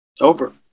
Over